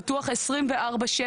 פתוח 24/7,